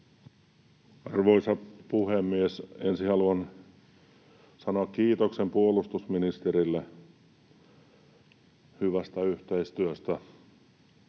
Arvoisa puhemies! Ensin haluan sanoa kiitoksen puolustusministerille hyvästä yhteistyöstä